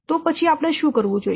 તો પછી આપણે શું કરવું જોઈએ